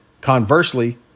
Conversely